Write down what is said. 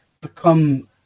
become